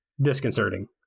disconcerting